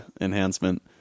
enhancement